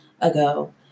ago